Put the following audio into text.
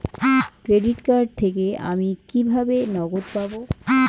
Credit card থেকে আমি কিভাবে নগদ পাব?